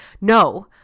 No